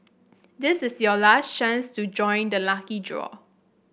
this is your last chance to join the lucky draw